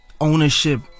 Ownership